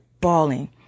bawling